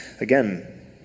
Again